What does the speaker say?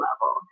level